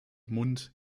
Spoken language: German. mund